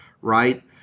right